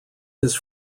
his